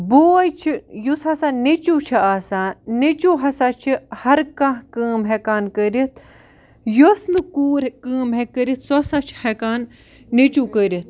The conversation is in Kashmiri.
بوے چھِ یُس ہَسا نیٚچِو چھِ آسان نیٚچِو ہَسا چھِ ہر کانٛہہ کٲم ہٮ۪کان کٔرِتھ یُس نہٕ کوٗر کٲم ہیٚکہِ کٔرِتھ سُہ ہَسا چھِ ہٮ۪کان نیٚچِو کٔرِتھ